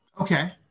Okay